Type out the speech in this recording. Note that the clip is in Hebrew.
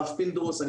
הרב פינדרוס.